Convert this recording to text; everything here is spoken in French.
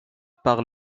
par